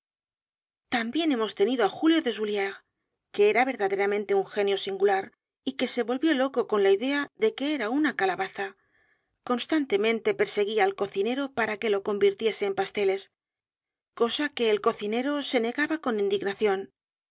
también hemos tenido á julio deshouliéres que e r a verdaderamente un genio singular y que se volvió loco con la idea de que era una calabaza constantemente perseguía al cocinero p a r a que lo convirtiese en pasteles cosa á qué el cocinero se negaba con indignación